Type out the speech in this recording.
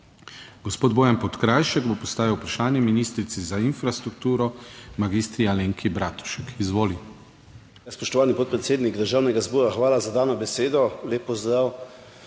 Gospod Bojan Podkrajšek bo postavil vprašanje ministrici za infrastrukturo mag. Alenki Bratušek. Izvoli.